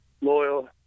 loyal